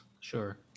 Sure